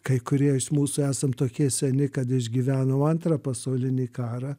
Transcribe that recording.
kai kurie iš mūsų esam tokie seni kad išgyvenom antrą pasaulinį karą